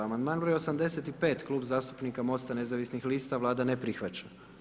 Amandman broj 85., Klub zastupnika MOST-a nezavisnih lista, Vlada ne prihvaća.